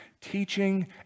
teaching